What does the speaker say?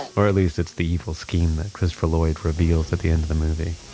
or at least it's the full scheme that christopher lloyd reveals at the end of the movie